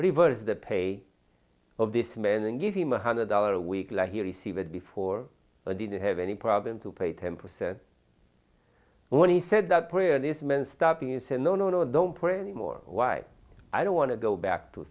reverse the pay of this man and give him a hundred dollars a week like he received before i didn't have any problem to pay ten percent when he said that prayer is meant stopping you say no no no don't pray anymore why i don't want to go back to